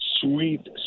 sweet